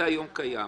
זה היום קיים,